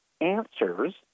answers